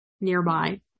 nearby